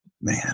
Man